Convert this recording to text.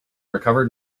recovered